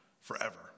Forever